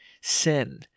sin